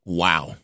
wow